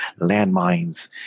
landmines